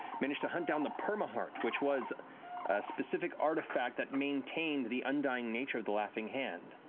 managed to hunt down the permaheart, which was a specific artifact that maintained the undying nature of the laughing hand.